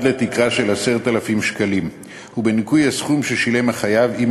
לתקרה של 10,000 שקלים חדשים ובניכוי הסכום ששילם החייב אם